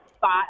five